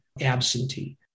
absentee